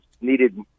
needed